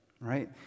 right